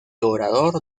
orador